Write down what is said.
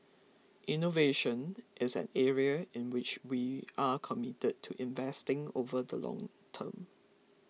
innovation is an area in which we are committed to investing over the long term